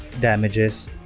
damages